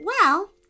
Well